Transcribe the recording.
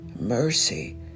mercy